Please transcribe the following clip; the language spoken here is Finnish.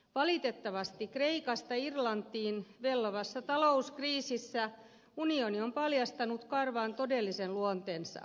valitettavasti kreikasta irlantiin vellovassa talouskriisissä unioni on paljastanut karvaan todellisen luonteensa